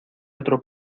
otro